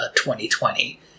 2020